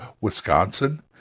Wisconsin